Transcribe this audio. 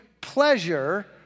pleasure